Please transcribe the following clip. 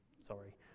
Sorry